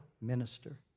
minister